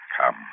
Come